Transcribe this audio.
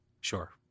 Sure